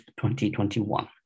2021